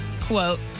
quote